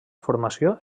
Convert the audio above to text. formació